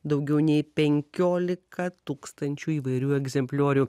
daugiau nei penkiolika tūkstančių įvairių egzempliorių